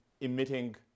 emitting